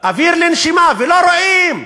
אוויר לנשימה, ולא רואים,